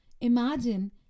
Imagine